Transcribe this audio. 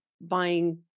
buying